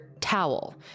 towel